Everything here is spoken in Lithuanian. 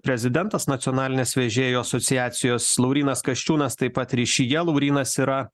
prezidentas nacionalinės vežėjų asociacijos laurynas kasčiūnas taip pat ryšyje laurynas yra